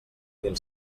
mil